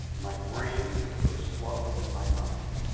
my brain was slower than my mouth.